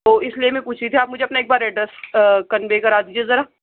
تو اِس لئے میں پوچھ رہی تھی کہ آپ مجھے اپنا ایک بار ایڈریس کنوے کرا دیجیے ذرا